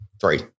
Three